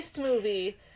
movie